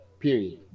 Period